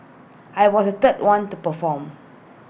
I was third one to perform